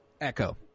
Echo